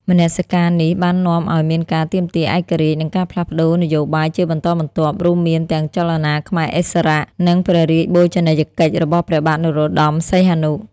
មនសិការនេះបាននាំឱ្យមានការទាមទារឯករាជ្យ និងការផ្លាស់ប្តូរនយោបាយជាបន្តបន្ទាប់ រួមមានទាំងចលនាខ្មែរឥស្សរៈ និងព្រះរាជបូជនីយកិច្ចរបស់ព្រះបាទនរោត្ដម សីហនុ។